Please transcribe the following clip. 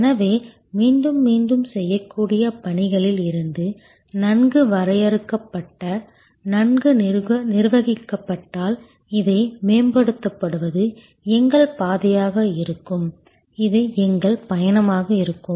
எனவே மீண்டும் மீண்டும் செய்யக்கூடிய பணிகளில் இருந்து நன்கு வரையறுக்கப்பட்ட நன்கு நிர்வகிக்கப்பட்டால் இதை மேம்படுத்துவது எங்கள் பாதையாக இருக்கும் இது எங்கள் பயணமாக இருக்கும்